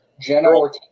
General